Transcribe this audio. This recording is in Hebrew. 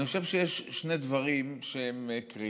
אני חושב שיש שני דברים שהם קריטיים.